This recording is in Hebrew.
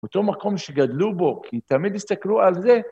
אותו מקום שגדלו בו, כי תמיד הסתכלו על זה.